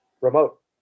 remote